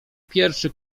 pierwszy